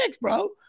bro